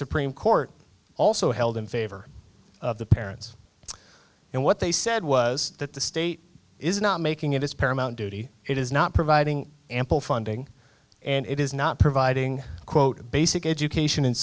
supreme court also held in favor of the parents and what they said was that the state is not making it is paramount duty it is not providing ample funding and it is not providing quote basic education and